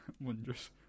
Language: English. wondrous